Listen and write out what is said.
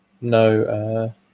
no